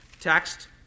text